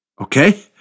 Okay